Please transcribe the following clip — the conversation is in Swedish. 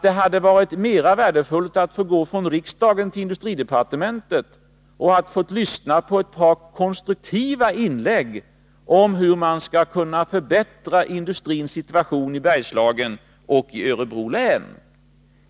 Det hade varit mera värdefullt om jag hade kunnat gå från riksdagen till industridepartementet efter att ha lyssnat till ett par konstruktiva inlägg om hur man skall kunna förbättra industrins situation i Bergslagen och Örebro län.